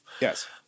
Yes